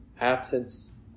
absence